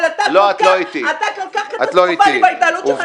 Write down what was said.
אבל אתה כל כך --- בהתנהלות שלך --- לא,